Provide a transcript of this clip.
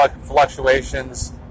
fluctuations